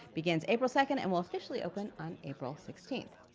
begins april second and will officially open on april sixteenth.